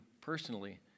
personally